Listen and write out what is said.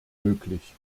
möglich